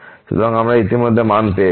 সুতরাং আমরা ইতিমধ্যে মান পেয়েছি